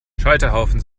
scheiterhaufen